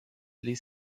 ließ